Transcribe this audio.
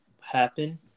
happen